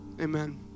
Amen